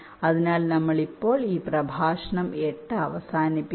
അതിനാൽ നമ്മൾ ഇപ്പോൾ ഈ പ്രഭാഷണം 8 അവസാനിപ്പിക്കുന്നു